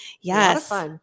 Yes